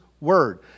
Word